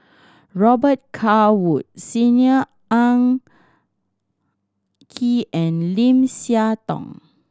Robet Carr Wood Senior Ang Kee and Lim Siah Tong